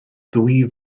ddwy